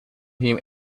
him